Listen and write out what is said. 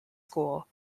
school